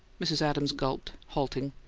mrs. adams gulped, halting.